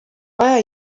vaja